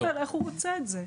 הלקוח אומר איך הוא רוצה את זה.